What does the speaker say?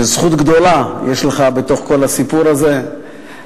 שזכות גדולה יש לך בתוך כל הסיפור הזה,